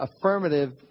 affirmative